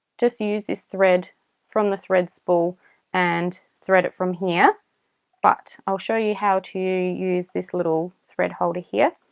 just use this thread from the thread spool and thread it from here but i'll show you how to use this little thread holder here.